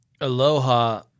Aloha